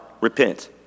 repent